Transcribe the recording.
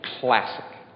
classic